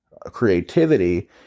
creativity